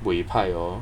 buey pai orh